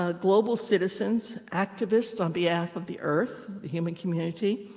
ah global citizens, activists on behalf of the earth, the human community.